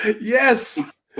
Yes